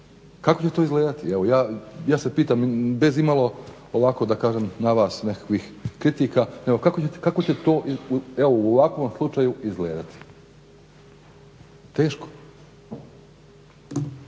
Kako će to izgledati evo ja se pitam bez imalo ovako da kažem na vas nekakvih kritika. Nego kako će to evo u ovakvom slučaju izgledati? Teško.